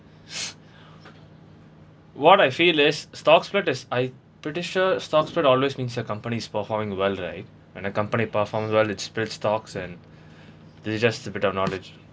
what I feel is stock split is I pretty sure stock split always means the company is performing well right and a company perform well it split stocks and they just a bit of knowledge